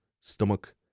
stomach